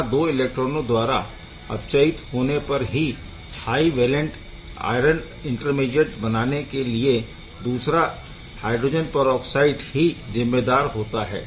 यहाँ 2 एलेक्ट्रोनों द्वारा अपचयित होने पर ही हाइ वैलेंट आयरन इंटरमीडीएट बनाने के लिए दूसरा H2O2 ही जिम्मेदार होता है